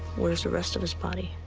where's the rest of his body?